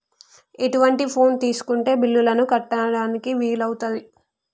ఎటువంటి ఫోన్ తీసుకుంటే బిల్లులను కట్టడానికి వీలవుతది?